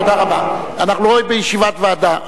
תודה רבה, אנחנו לא בישיבת ועדה.